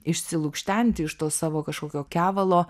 išsilukštenti iš to savo kažkokio kevalo